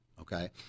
okay